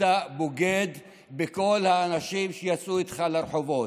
אתה בוגד בכל האנשים שיצאו איתך לרחובות.